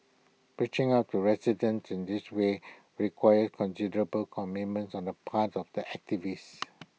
reaching out to residents in these ways requires considerable commitments on the parts of the activists